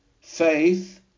Faith